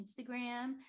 Instagram